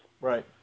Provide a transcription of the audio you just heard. Right